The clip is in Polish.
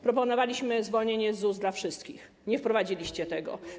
Proponowaliśmy zwolnienie z ZUS dla wszystkich - nie wprowadziliście tego.